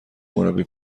مربی